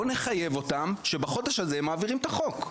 בוא נחייב אותם שבחודש הזה הם מעבירים את החוק,